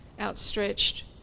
outstretched